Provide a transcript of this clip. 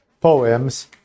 poems